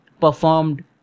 performed